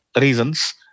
reasons